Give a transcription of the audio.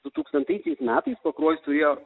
dutūkstantaisiais metais pakruojis turėjo